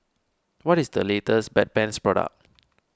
what is the latest Bedpans product